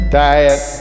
diet